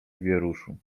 wieruszu